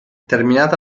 terminata